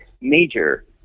major